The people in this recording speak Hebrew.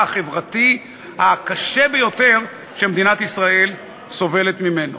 החברתי הקשה ביותר שמדינת ישראל סובלת ממנו.